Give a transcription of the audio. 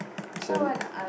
so